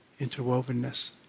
interwovenness